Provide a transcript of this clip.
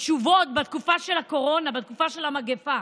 תשובות בתקופה של הקורונה, בתקופה של המגפה.